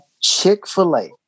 Chick-fil-A